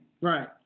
Right